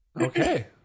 Okay